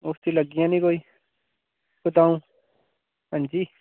उसदी लग्गी जानी कोई द'ऊं हां जी